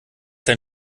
dein